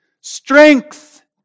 Strength